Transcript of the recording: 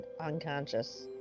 Unconscious